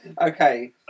Okay